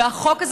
והחוק הזה,